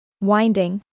Winding